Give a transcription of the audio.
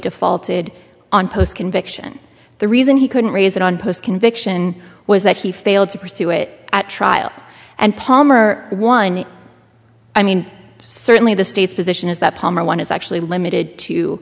defaulted on post conviction the reason he couldn't raise it on post conviction was that he failed to pursue it at trial and palmer one i mean certainly the state's position is that palmer one is actually limited to